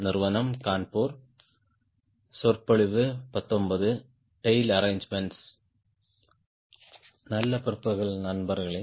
நல்ல பிற்பகல் நண்பர்களே